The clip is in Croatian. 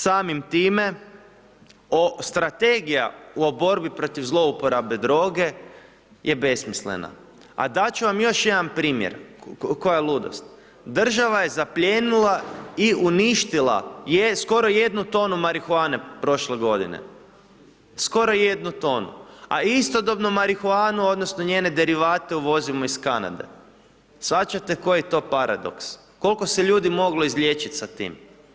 Samim time o, strategija o borbi protiv zlouporabe droge je besmislena, a dat ću vam još jedan primjer, koja ludost, država je zaplijenila i uništila je, skoro jednu tonu marihuane prošle godine, skoro jednu tonu, ali istodobno marihuanu odnosno njene derivate uvozimo iz Kanade, shvaćate koji je to paradok, kolko se ljudi moglo izliječit sa tim.